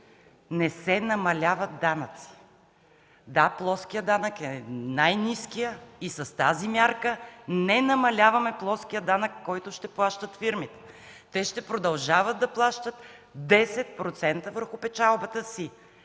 не се намаляват данъци. Да, плоският данък е най-ниският и с тази мярка не намаляваме плоския данък, който ще плащат фирмите. Те ще продължават да плащат 10% върху печалбата си.